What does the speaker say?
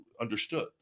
understood